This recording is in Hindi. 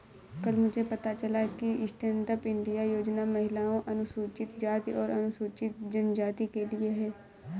कल मुझे पता चला कि स्टैंडअप इंडिया योजना महिलाओं, अनुसूचित जाति और अनुसूचित जनजाति के लिए है